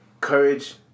courage